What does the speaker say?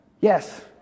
Yes